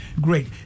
Great